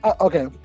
okay